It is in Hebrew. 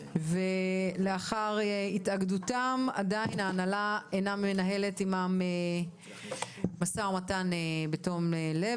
לאחר התאגדותם עדיין ההנהלה אינה מנהלת עימם משא ומתן בתום-לב.